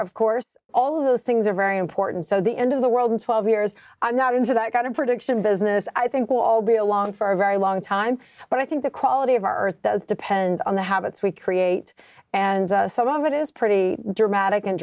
of course all of those things are very important so the end of the world in twelve years i'm not into that got a prediction business i think will be along for a very long time but i think the quality of our earth does depend on the habits we create and some of it is pretty dramatic and